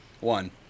One